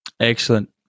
excellent